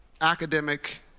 academic